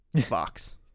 Fox